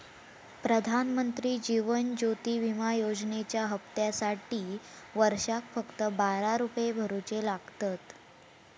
प्रधानमंत्री जीवन ज्योति विमा योजनेच्या हप्त्यासाटी वर्षाक फक्त बारा रुपये भरुचे लागतत